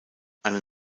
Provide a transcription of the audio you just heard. eine